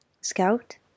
Scout